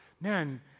man